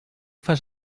fas